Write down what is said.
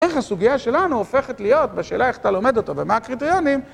איך הסוגיה שלנו הופכת להיות בשאלה איך אתה לומד אותו ומה הקריטריונים?